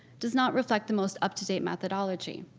does not reflect the most up to date methodology,